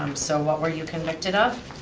um so what were you convicted of?